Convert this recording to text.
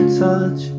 touch